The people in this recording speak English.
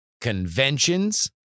conventions